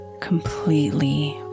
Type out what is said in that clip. completely